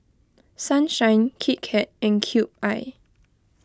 Sunshine Kit Kat and Cube I